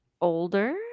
older